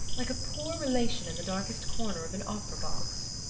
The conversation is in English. like a poor relation in the darkest corner of an opera-box.